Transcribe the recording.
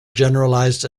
generalised